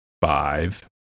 five